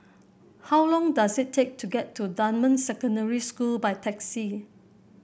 how long does it take to get to Dunman Secondary School by taxi